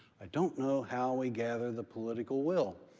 i don't know how we gather the political will.